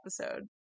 episode